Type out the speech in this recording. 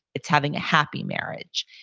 it's having a happy marriage.